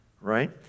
right